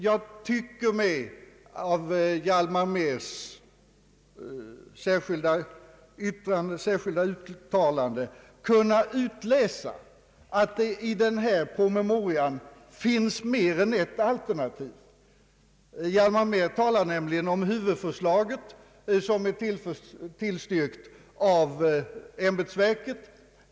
Jag tycker mig av Hjalmar Mehrs särskilda uttalande kunna utläsa att det i promemorian finns mer än ett alternativ. Hjalmar Mehr talar nämligen om huvudförslaget, som är tillstyrkt av ämbetsverket.